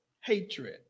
hatred